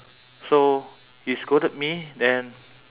so he scolded me then